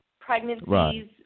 pregnancies